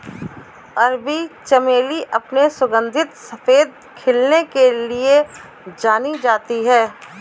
अरबी चमेली अपने सुगंधित सफेद खिलने के लिए जानी जाती है